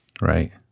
Right